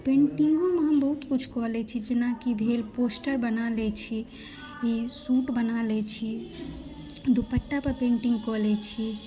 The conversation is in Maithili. पेंटिंगोमे बहुत किछु कऽ लै छी जेनाकी भेल पोस्टर बना लै छी सूट बना लै छी दुपट्टा पर पेंटिंग कऽ लै छी